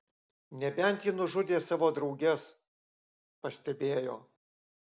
nebent ji nužudė savo drauges pastebėjo